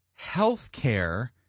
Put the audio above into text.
healthcare